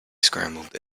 scrambled